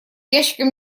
ящикам